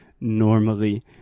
normally